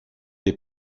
les